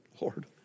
Lord